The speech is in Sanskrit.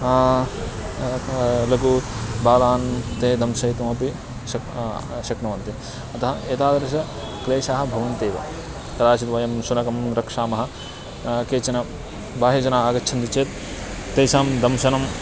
लघु बालान् ते दंशयितुमपि शक्यं शक्नुवन्ति अतः एतादृशः क्लेशः भवन्त्येव कदाचित् वयं शुनकं रक्षामः केचन बाह्यजना आगच्छन्ति चेत् तेषां दंशनं